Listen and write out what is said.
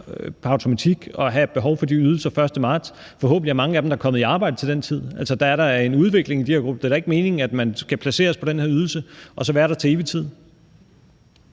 forventer at have et behov for de ydelser den 1. marts. Forhåbentlig er mange af dem da kommet i arbejde til den tid. Altså, der er da en udvikling; det er da ikke meningen, at man skal placeres på den her ydelse og så være der til